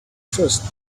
first